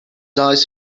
eyes